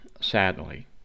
sadly